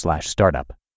startup